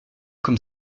comme